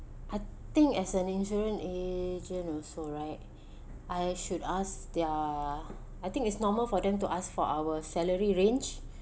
I think as an insurance agent also right I should ask their I think it's normal for them to ask for our salary range